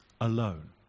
alone